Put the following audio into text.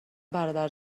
برادر